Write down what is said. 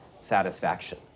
satisfaction